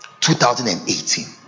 2018